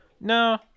No